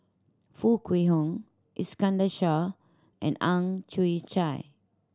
Foo Kwee Horng Iskandar Shah and Ang Chwee Chai